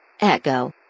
Echo